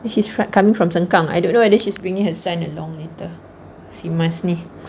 I think she's fr~ coming from sengkang I don't know whether she's bringing her son along later si mas ni